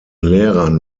lehrern